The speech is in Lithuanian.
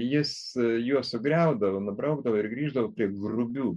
jis juos sugriaudavo nubraukdavo ir grįždavo prie grubių